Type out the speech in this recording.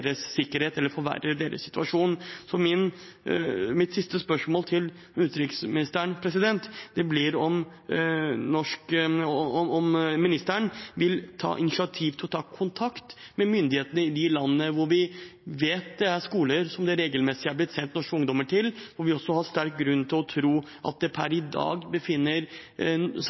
deres sikkerhet eller forverrer deres situasjon. Mitt siste spørsmål til utenriksministeren blir: Vil ministeren ta initiativ til å ta kontakt med myndighetene i de landene hvor vi vet det er skoler det regelmessig er blitt sendt norske ungdommer til, og som vi også har sterk grunn til å tro at det per i dag